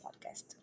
podcast